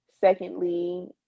secondly